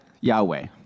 Yahweh